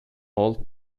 all